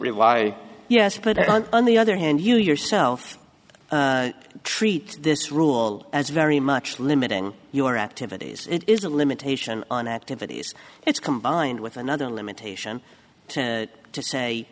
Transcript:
rely yes put it on the other hand you yourself treat this rule as very much limiting your activities it is a limitation on activities it's combined with another limitation to